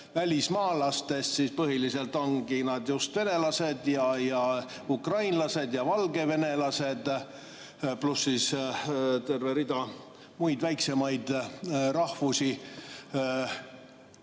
välismaalastest – põhiliselt ongi nad just venelased ja ukrainlased ja valgevenelased, pluss terve rida muid väiksemaid rahvusi